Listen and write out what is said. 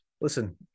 Listen